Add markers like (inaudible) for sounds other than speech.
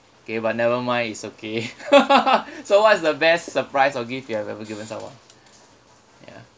okay but never mind it's okay (laughs) so what's the best surprise or gift you've ever given someone ya